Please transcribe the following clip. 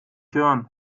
hören